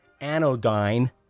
anodyne